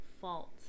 fault